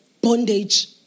bondage